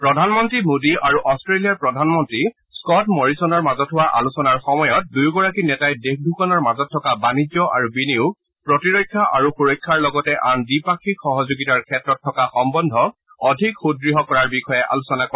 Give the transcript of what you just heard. প্ৰধানমন্ত্ৰী মোদী আৰু অট্টেলিয়াৰ প্ৰধানমন্ত্ৰী স্কট মৰিচনৰ মাজত হোৱা আলোচনাৰ সময়ত দুয়োগৰাকী নেতাই দেশ দুখনৰ মাজত থকা বাণিজ্য আৰু বিনিয়োগ প্ৰতিৰক্ষা আৰু সুৰক্ষাৰ লগতে আন দ্বিপাক্ষিক সহযোগিতাৰ ক্ষেত্ৰত থকা সম্বন্ধক অধিক সুদ্য় কৰাৰ বিষয়ে আলোচনা কৰে